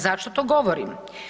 Zašto to govorim?